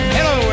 Hello